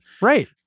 Right